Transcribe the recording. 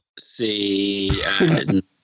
See